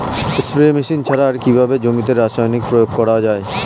Spray machine ছাড়া আর কিভাবে জমিতে রাসায়নিক প্রয়োগ করা যায়?